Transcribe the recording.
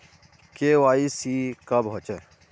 KYC कब होचे?